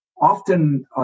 often